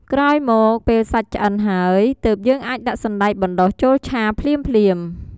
ក្រោយមកពេលសាច់ឆ្អិនហើយ ទើបយើងអាចដាក់សណ្ដែកបណ្ដុះចូលឆាភ្លាមៗ។